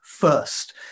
first